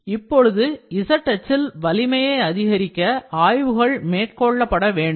இப்பொழுது z அச்சில் வலிமையை அதிகரிக்க ஆய்வுகள் மேற்கொள்ளப்பட வேண்டும்